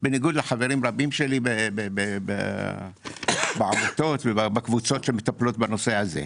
בניגוד לחברים רבים שלי בעמותות ובקבוצות שמטפלות בנושא הזה.